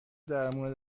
درمون